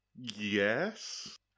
Yes